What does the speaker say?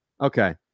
Okay